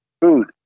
food